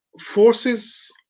forces